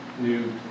new